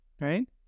right